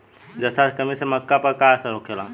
जस्ता के कमी से मक्का पर का असर होखेला?